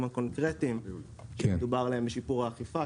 הקונקרטיים שמדובר עליהם בשיפור האכיפה.